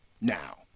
Now